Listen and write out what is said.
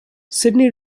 sydney